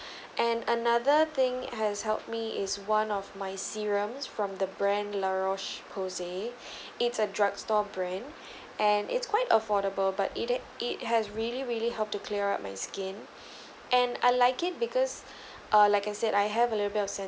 and another thing has helped me is one of my serums from the brand La Roche Porsay it's a drugstore brand and it's quite affordable but it it has really really help to clear up my skin and I like it because uh like I said I have a little bit of